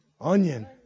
onion